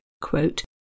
quote